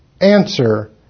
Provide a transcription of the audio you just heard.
Answer